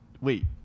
wait